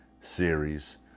series